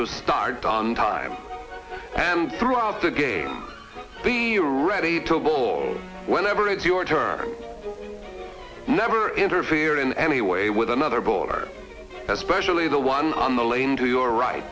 to start on time and throughout the game be ready to bowl whenever it's your turn never interfere in any way with another ball or especially the one on the lane to your right